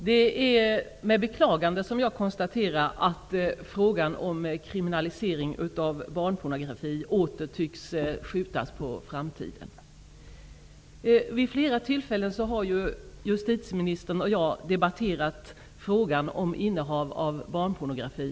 Herr talman! Jag konstaterar med beklagande att frågan om kriminalisering av barnpornografi åter tycks skjutas på framtiden. Vid flera tillfällen har justitieministern och jag här i kammaren debatterat frågan om innehav av barnpornografi.